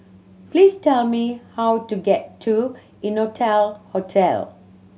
please tell me how to get to Innotel Hotel